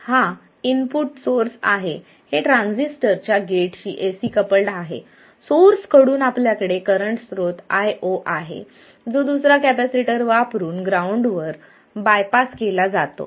हा input source आहे हे ट्रान्झिस्टरच्या गेटशी एसी कपल्ड आहे सोर्सकडून आपल्याकडे करंट स्त्रोत IO आहे जो दुसरा कॅपेसिटर वापरुन ग्राउंडवर बायपास केला जातो